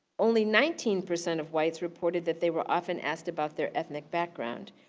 only nineteen percent of whites reported that they were often asked about their ethnic background.